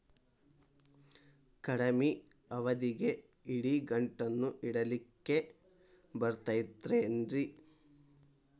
ಕಡಮಿ ಅವಧಿಗೆ ಇಡಿಗಂಟನ್ನು ಇಡಲಿಕ್ಕೆ ಬರತೈತೇನ್ರೇ?